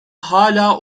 hala